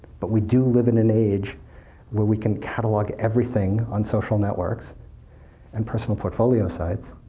but we do live in an age where we can catalog everything on social networks and personal portfolio sites.